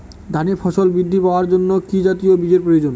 ধানে ফলন বৃদ্ধি পাওয়ার জন্য কি জাতীয় বীজের প্রয়োজন?